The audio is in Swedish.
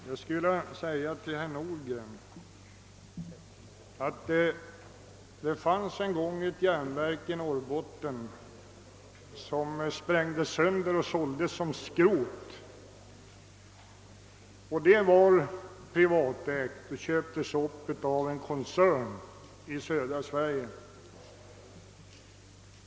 Herr talman! Jag skulle för herr Nordgren vilja berätta att det i Norrbotten en gång fanns ett järnverk som sprängdes sönder och såldes som skrot; det var privatägt. Det köptes upp av en koncern i södra Sverige.